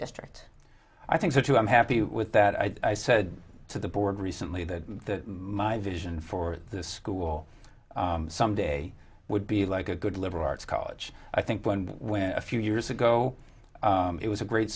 district i think so too i'm happy with that i said to the board recently that my vision for the school someday would be like a good liberal arts college i think one when a few years ago it was a great